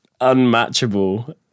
unmatchable